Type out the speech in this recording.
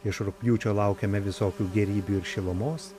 iš rugpjūčio laukiame visokių gėrybių ir šilumos